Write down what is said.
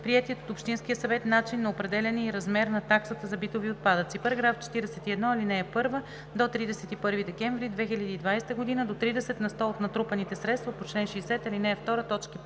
приетият от общинския съвет начин на определяне и размер на таксата за битови отпадъци.